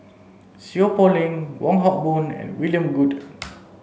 Seow Poh Leng Wong Hock Boon and William Goode